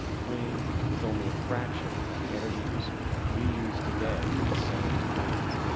clean, with only a fraction of the energy usage we use today for the same means.